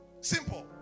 Simple